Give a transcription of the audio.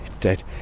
dead